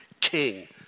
King